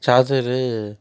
charger